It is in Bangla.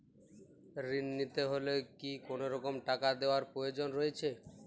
ঋণ নিতে হলে কি কোনরকম টাকা দেওয়ার প্রয়োজন রয়েছে?